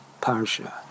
Parsha